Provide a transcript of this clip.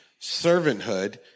servanthood